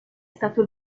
stato